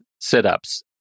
sit-ups